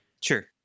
Sure